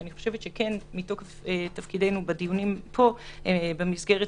אני חושבת שמתוקף תפקידנו בדיונים פה במסגרת